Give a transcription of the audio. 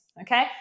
Okay